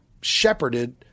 shepherded –